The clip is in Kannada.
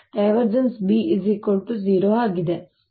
B 0 ಆಗಿದೆ